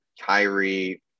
Kyrie